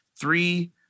three